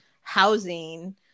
housing